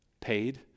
paid